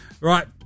Right